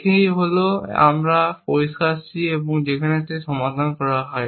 এই হল এই আমরা পরিষ্কার C এবং যে সমাধান করা হয়